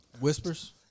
Whispers